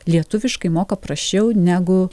lietuviškai moka prasčiau negu